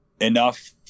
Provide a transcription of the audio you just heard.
enough